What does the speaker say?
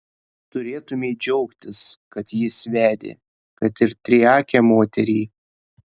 turėtumei džiaugtis kad jis vedė kad ir triakę moterį